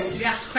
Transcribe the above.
yes